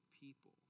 people